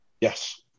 Yes